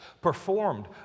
performed